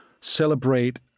celebrate